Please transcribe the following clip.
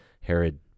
Herod